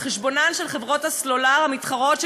על חשבונן של חברות הסלולר המתחרות,